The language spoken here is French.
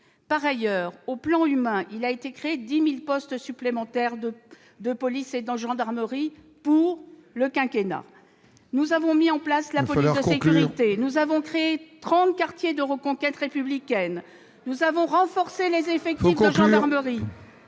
Par ailleurs, sur le plan humain, il sera créé 10 000 postes supplémentaires de policier et de gendarme au cours du quinquennat. Il va falloir conclure ! Nous avons mis en place la police de sécurité, nous avons créé trente quartiers de reconquête républicaine, nous avons renforcé les effectifs de gendarmerie.